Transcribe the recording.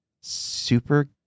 super